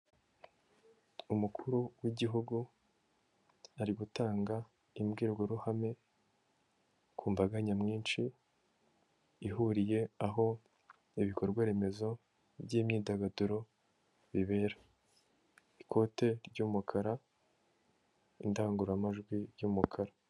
Umukuru w'igihugu ari gutanga imbwirwaruhame ku mbaga nyamwinshi ihuriye aho ibikorwa remezo by'imyidagaduro bibera, ikote ry'umukara indangururamajwi y'umukara.